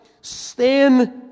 Stand